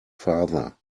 father